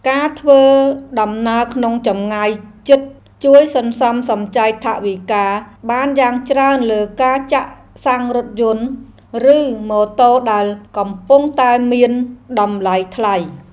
ការធ្វើដំណើរក្នុងចម្ងាយជិតជួយសន្សំសំចៃថវិកាបានយ៉ាងច្រើនលើការចាក់សាំងរថយន្ត ឬម៉ូតូដែលកំពុងតែមានតម្លៃថ្លៃ។